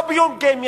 לא ביום ג',